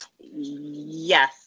yes